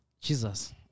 Jesus